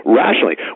rationally